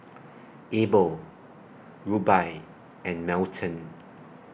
Abel Rubye and Melton